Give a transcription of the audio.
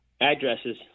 addresses